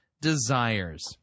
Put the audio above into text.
desires